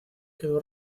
quedó